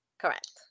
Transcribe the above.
Correct